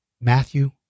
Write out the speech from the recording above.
Matthew